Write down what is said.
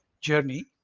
journey